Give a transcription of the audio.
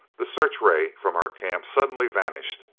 the searchray from our camp suddenly vanished!